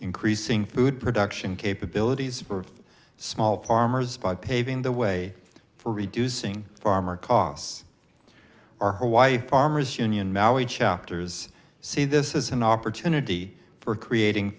increasing food production capabilities for small farmers by paving the way for reducing farmer costs our hawaii farmers union maoi chapters say this is an opportunity for creating